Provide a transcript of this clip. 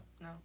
No